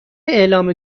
اعلام